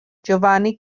giovanni